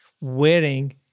wearing